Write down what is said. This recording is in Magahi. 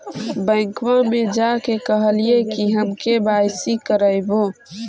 बैंकवा मे जा के कहलिऐ कि हम के.वाई.सी करईवो?